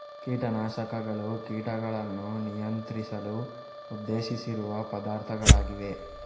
ಕೀಟ ನಾಶಕಗಳು ಕೀಟಗಳನ್ನು ನಿಯಂತ್ರಿಸಲು ಉದ್ದೇಶಿಸಿರುವ ಪದಾರ್ಥಗಳಾಗಿವೆ